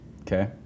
Okay